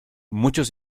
muchos